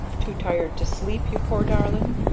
too tired to sleep, you poor darling?